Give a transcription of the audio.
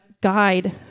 guide